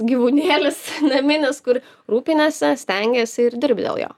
gyvūnėlis naminis kur rūpiniesi stengiesi ir dirbi dėl jo